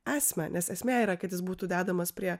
esmę nes esmė yra kad jis būtų dedamas prie